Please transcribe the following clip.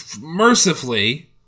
mercifully